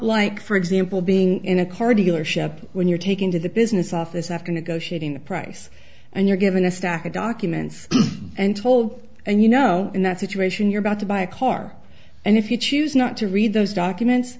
like for example being in a car dealership when you're taking to the business office after negotiating a price and you're given a stack of documents and told and you know in that situation you're about to buy a car and if you choose not to read those documents